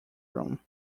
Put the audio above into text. room